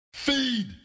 Feed